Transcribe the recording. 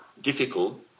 difficult